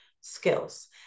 skills